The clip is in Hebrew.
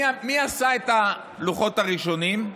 מי עשה את הלוחות הראשונים?